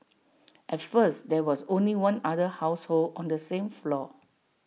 at first there was only one other household on the same floor